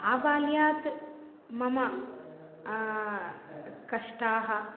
आबाल्यात् मम कष्टाः